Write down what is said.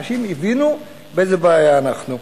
אנשים הבינו באיזו בעיה אנחנו.